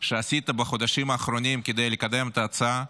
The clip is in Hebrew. שעשית בחודשים האחרונים כדי לקדם את ההצעה,